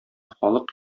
халык